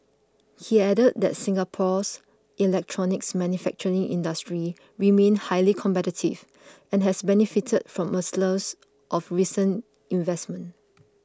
he added that Singapore's electronics manufacturing industry remained highly competitive and has benefited from a of recent investments